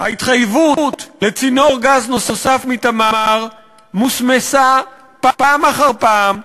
ההתחייבות לצינור גז נוסף מ"תמר" מוסמסה פעם אחר פעם,